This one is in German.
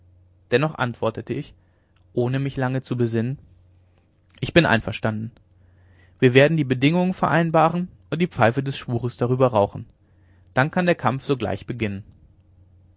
dennoch antwortete ich ohne mich lange zu besinnen ich bin einverstanden wir werden die bedingungen vereinbaren und die pfeife des schwures darüber rauchen dann kann der kampf sogleich beginnen